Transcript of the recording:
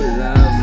love